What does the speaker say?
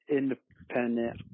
independent